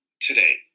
today